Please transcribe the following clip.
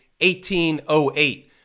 1808